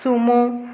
sumo